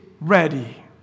ready